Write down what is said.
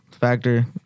factor